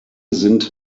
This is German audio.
sind